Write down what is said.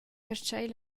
pertgei